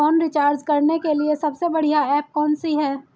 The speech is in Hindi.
फोन रिचार्ज करने के लिए सबसे बढ़िया ऐप कौन सी है?